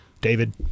David